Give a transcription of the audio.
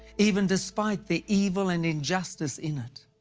even despite the evil and injustice in it.